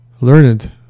learned